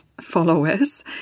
followers